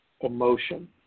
emotion